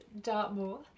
Dartmoor